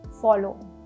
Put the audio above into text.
follow